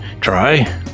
try